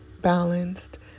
balanced